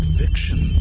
fiction